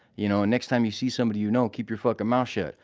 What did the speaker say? you know? and next time you see somebody you know, keep your fucking mouth shut.